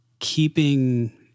Keeping